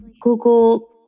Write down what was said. Google